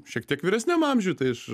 šiek tiek vyresniam amžiui tai aš